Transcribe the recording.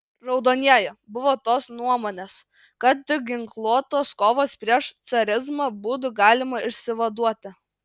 raudonieji buvo tos nuomonės kad tik ginkluotos kovos prieš carizmą būdu galima išsivaduoti